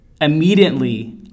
immediately